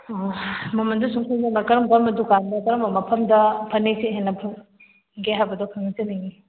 ꯃꯃꯜꯗꯣ ꯁꯨꯝ ꯈꯪꯖꯕ ꯀꯔꯝ ꯀꯔꯝꯕ ꯗꯨꯀꯥꯟꯗ ꯀꯔꯝꯕ ꯃꯐꯝꯗ ꯐꯅꯦꯛꯁꯦ ꯍꯦꯟꯅ ꯐꯪꯒꯦ ꯍꯥꯏꯕꯗꯣ ꯈꯪꯖꯥꯅꯤꯡꯏ